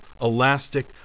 elastic